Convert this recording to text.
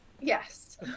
Yes